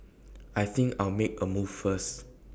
I think I'll make A move first